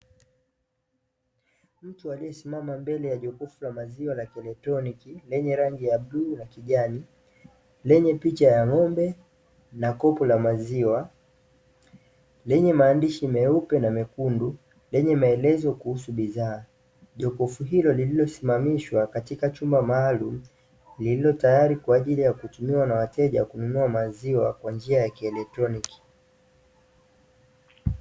Mtu aliyesimama mbele jokofu la maziwa la kieletroniki. Jokofu hilo lenye rangi bluu na kijani lenye picha ya ng'ombe na kopo la maziwa. Jokofu hilo pia lina maandisha meupe na mekundu yanaoeleza kuhusu bidhaa , jokofu hilo limesimamishwa katika chumba maalumu lilo teyari kutumiwa na wateja kwa njia ya kieletroniki.